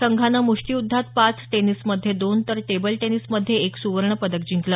संघानं मुष्टीयुद्धात पाच टेनिसमध्ये दोन आणि टेबल टेनिसमध्ये एक सुवर्ण पदक जिंकलं